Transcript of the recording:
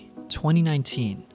2019